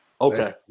Okay